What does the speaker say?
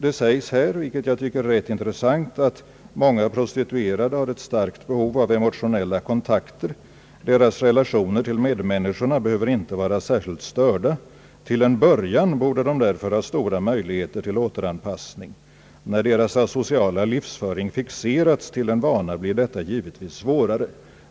Det sägs här — vilket jag tycker är rätt intressant — att många prostituerade har ett starkt behov av emotionella kontakter. Deras relationer till medmänniskorna behöver inte vara särskilt störda. Till en börian borde de därför ha stora möjligheter till återanpassning. När deras asociala livsföring fixerats till en vana blir detta givetvis svårare.